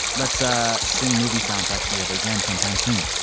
let's ah sing movie soundtracks together again sometime soon.